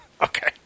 Okay